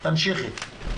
תמשיכי.